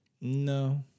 No